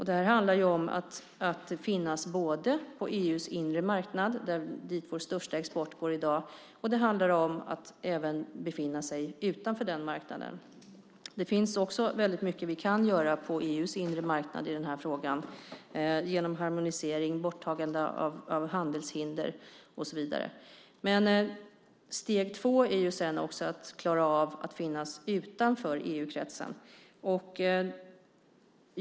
Detta handlar om att finnas på EU:s inre marknad dit vår största export går i dag, och det handlar om att även befinna sig utanför den marknaden. Det finns också väldigt mycket vi kan göra på EU:s inre marknad i denna fråga genom harmonisering, borttagande av handelshinder och så vidare. Steg två är sedan att också klara av att finnas utanför EU-kretsen.